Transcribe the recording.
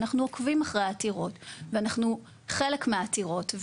ואנחנו עוקבים אחרי העתירות ואנחנו חלק מהעתירות,